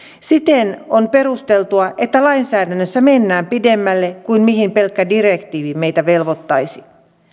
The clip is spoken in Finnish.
siten on perusteltua että lainsäädännössä mennään pidemmälle kuin mihin pelkkä direktiivi meitä velvoittaisi